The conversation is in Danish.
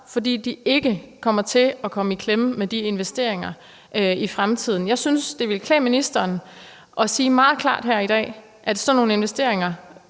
fordi de ikke vil komme i klemme med de investeringer i fremtiden? Jeg synes, det ville klæde ministeren at sige meget klart her i dag, at sådan nogle investeringer